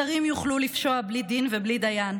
שרים יוכלו לפשוע בלי דין ובלי דיין,